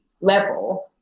level